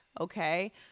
okay